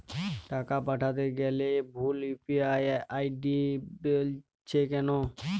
টাকা পাঠাতে গেলে ভুল ইউ.পি.আই আই.ডি বলছে কেনো?